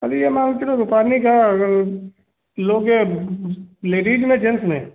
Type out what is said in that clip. अरे ये मान के चलो रुपानी का अगर लोगे अब लेडीज में जेन्स में